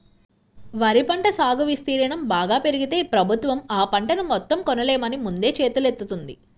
వరి పంట సాగు విస్తీర్ణం బాగా పెరిగితే ప్రభుత్వం ఆ పంటను మొత్తం కొనలేమని ముందే చేతులెత్తేత్తంది